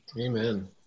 Amen